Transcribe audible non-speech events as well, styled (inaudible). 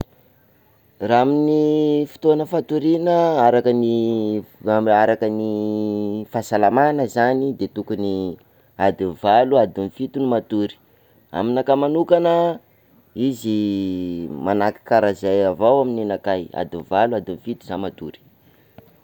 Raha amin'ny fotoana fatoriana, araka ny- araka ny fahasalamana zany de tokony adiny valo adiny fito no matory, aminakahy manokana izy (hesitation) manahaka karaha zay avao amin'ny nenakahy adiny valo, adiny fito zaho matory.